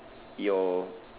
your